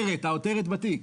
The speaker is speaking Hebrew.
העותרת בתיק.